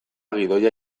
gidoia